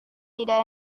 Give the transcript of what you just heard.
tidak